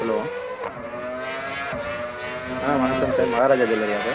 hello ஆ வணக்கம் sir Maharaja ஜுவெல்லரியா சார்